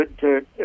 good